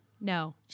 No